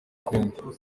congo